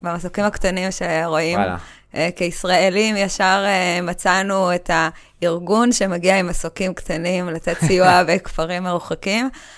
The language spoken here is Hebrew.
במסוקים הקטנים שרואים, כישראלים ישר מצאנו את הארגון שמגיע עם מסוקים קטנים לתת סיוע בכפרים מרוחקים.